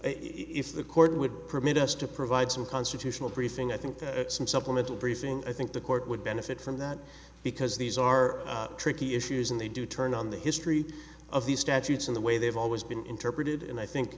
if the court would permit us to provide some constitutional briefing i think that at some supplemental briefing i think the court would benefit from that because these are tricky issues and they do turn on the history of these statutes in the way they've always been interpreted and i think